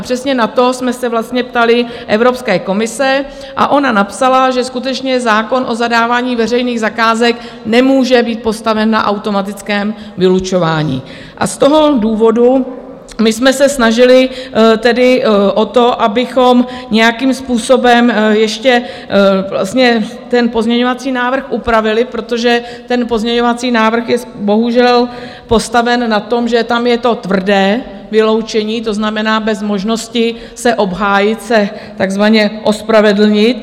Přesně na to jsme se vlastně ptali Evropské komise a ona napsala, že skutečně zákon o zadávání veřejných zakázek nemůže být postaven na automatickém vylučování, a z toho důvodu my jsme se snažili tedy o to, abychom nějakým způsobem ještě ten pozměňovací návrh upravili, protože ten pozměňovací návrh je bohužel postaven na tom, že tam je to tvrdé vyloučení, to znamená bez možnosti se obhájit, takzvaně se ospravedlnit.